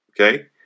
Okay